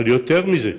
אבל יותר מזה,